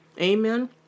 Amen